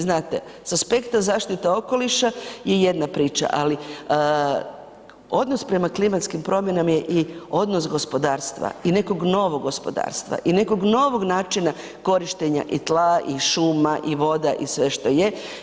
Znate, s aspekta zaštite okoliša je jedna priča, ali odnos prema klimatskim promjenama je i odnos gospodarstva i nekog novog gospodarstva i nekog novog načina korištenja i tla i šuma i voda i sve što je.